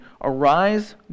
Arise